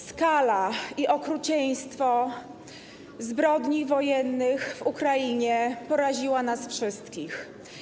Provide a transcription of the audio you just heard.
Skala i okrucieństwo zbrodni wojennych w Ukrainie poraziły nas wszystkich.